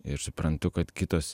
ir suprantu kad kitos